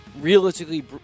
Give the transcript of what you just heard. realistically